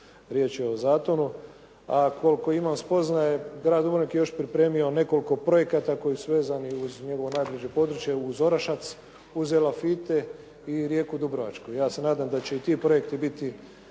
riječ je Zatonu. A koliko imam spoznaje, Grad Dubrovnik je još pripremio nekoliko projekata koji su vezani uz njegovo najbliže područje, uz Orošac, uz Elafite i Rijeku dubrovačku. Ja se nadam da će i ti projekti biti